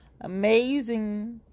amazing